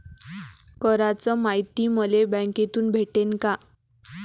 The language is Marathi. कराच मायती मले बँकेतून भेटन का?